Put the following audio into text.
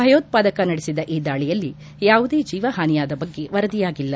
ಭಯೋತ್ಪಾದಕ ನಡೆಸಿದ ಈ ದಾಳಿಯಲ್ಲಿ ಯಾವುದೇ ಜೀವಹಾನಿಯಾದ ಬಗ್ಗೆ ವರದಿಯಾಗಿಲ್ಲ